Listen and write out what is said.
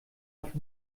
oft